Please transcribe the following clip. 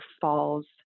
falls